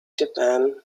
japan